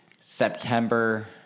September